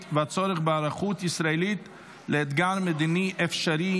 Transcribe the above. והצורך בהיערכות ישראלית לאתגר מדיני אפשרי,